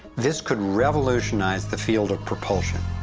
this could revolutionize the field of propulsion.